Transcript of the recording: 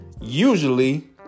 usually